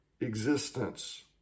existence